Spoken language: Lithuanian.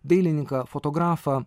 dailininką fotografą